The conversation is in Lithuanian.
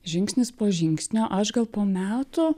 žingsnis po žingsnio aš gal po metų